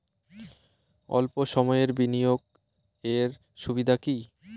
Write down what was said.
অল্প সময়ের বিনিয়োগ এর সুবিধা কি?